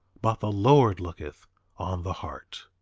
but the lord looketh on the heart.